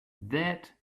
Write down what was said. that